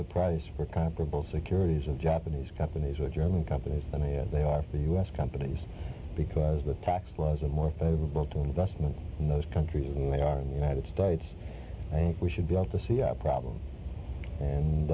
the price for comparable securities of japanese companies or german companies and they are the u s companies because the tax laws are more favorable to investment in those countries and they are in the united states i think we should be able to see our problems and